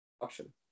option